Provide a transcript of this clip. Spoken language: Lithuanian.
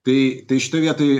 tai tai šitoj vietoj